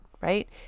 right